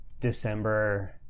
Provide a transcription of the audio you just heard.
December